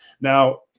now